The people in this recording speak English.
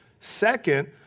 Second